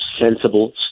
sensible